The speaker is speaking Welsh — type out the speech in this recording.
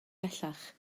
bellach